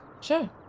Sure